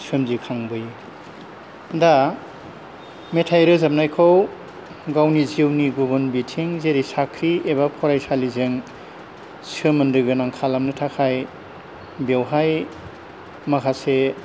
सोमजिखांबोयो दा मेथाइ रोजाबनायखौ गावनि जिउनि गुबुन बिथिं जेरै साख्रि एबा फरायसालिजों सोमोनदो गोनां खालामनो थाखाय बेवहाय माखासे